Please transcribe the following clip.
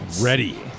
ready